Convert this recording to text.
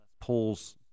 pulls